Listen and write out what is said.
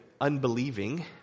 unbelieving